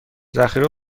ذخیره